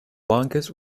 longest